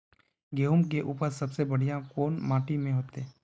गेहूम के उपज सबसे बढ़िया कौन माटी में होते?